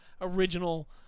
original